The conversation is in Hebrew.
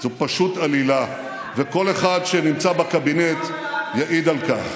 זו פשוט עלילה, וכל אחד שנמצא בקבינט יעיד על כך.